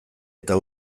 eta